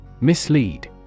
Mislead